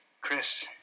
Chris